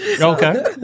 Okay